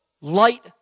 light